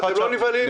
ואתם לא נבהלים.